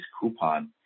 coupon